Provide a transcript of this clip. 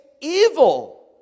evil